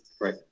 right